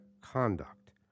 conduct